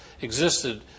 existed